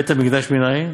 בית-המקדש מנין?